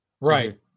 right